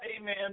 amen